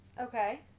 Okay